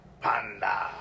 Panda